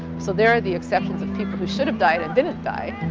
so there are the exceptions of people who should have died and didn't die.